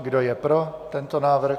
Kdo je pro tento návrh?